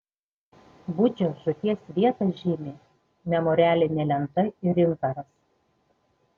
budžio žūties vietą žymi memorialinė lenta ir inkaras